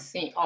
Sim